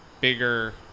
bigger